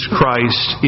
Christ